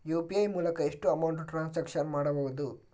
UPI ಮೂಲಕ ಎಷ್ಟು amount transaction ಮಾಡಬಹುದು?